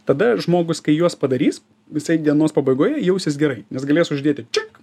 tada žmogus kai juos padarys jisai dienos pabaigoje jausis gerai nes galės uždėti čik